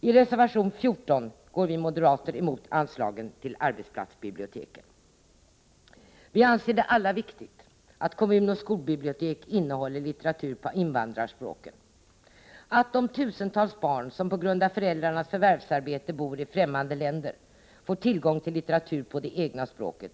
I reservation 14 går vi moderater emot förslaget i propositionen om anslag till arbetsplatsbiblioteken. Vi anser det alla viktigt att kommunoch skolbibliotek innehåller litteratur på invandrarspråken. Att de tusentals svenska barn som på grund av föräldrarnas förvärvsarbete bor i främmande länder får tillgång till litteratur på det egna språket